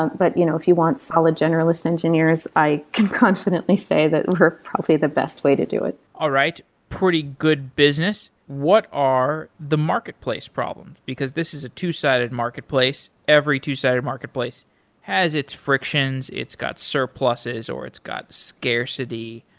but you know if you want solid generalist engineers, i can confidently say that we're probably the best way to do it all right. pretty good business. what are the marketplace problem? because this is a two-sided marketplace. every two-sided marketplace has its frictions, it's got surpluses or it's got scarcity.